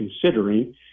considering